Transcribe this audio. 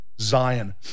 Zion